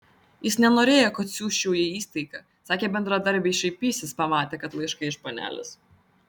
jis nenorėjo kad siųsčiau į įstaigą sakė bendradarbiai šaipysis pamatę kad laiškai iš panelės